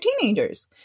teenagers